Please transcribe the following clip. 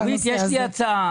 אורית, יש לי הצעה.